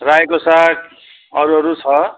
रायोको साग अरू अरू छ